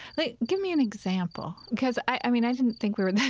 like give me an example because i, i mean, i didn't think we were